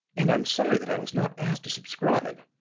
and i'm sorry that i was not asked to subscribe.